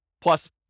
plus